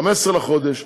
15 בחודש,